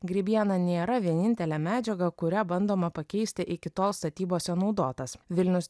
grybiena nėra vienintelė medžiaga kuria bandoma pakeisti iki tol statybose naudotas vilnius